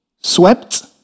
swept